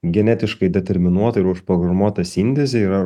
genetiškai determinuota ir užprogramuota sintezė yra